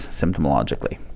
symptomologically